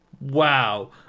Wow